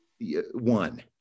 one